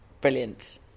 brilliant